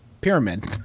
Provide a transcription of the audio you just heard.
Pyramid